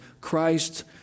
Christ